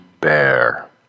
Bear